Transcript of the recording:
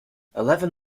eleven